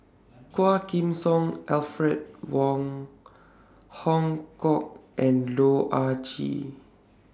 Quah Kim Song Alfred Wong Hong Kwok and Loh Ah Chee